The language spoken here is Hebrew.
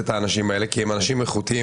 את האנשים האלה כי הם אנשים איכותיים,